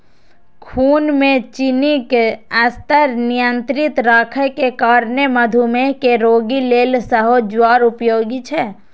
खून मे चीनीक स्तर नियंत्रित राखै के कारणें मधुमेह के रोगी लेल सेहो ज्वार उपयोगी छै